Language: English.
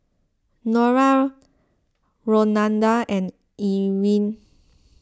Nora Rolanda and Erin